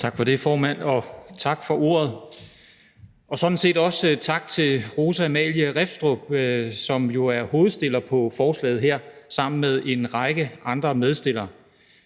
Tak for det, formand, tak for ordet, og sådan set også tak til Rosa Amalie Leibowitz Reffstrup, som jo er hovedstiller på forslaget her og er sammen med en række medstillere.